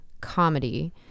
comedy